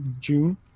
June